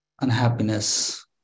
unhappiness